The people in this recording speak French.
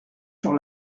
sur